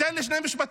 תן לי שני משפטים.